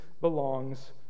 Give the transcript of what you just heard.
belongs